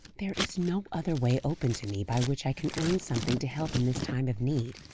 there is no other way open to me, by which i can earn something to help in this time of need,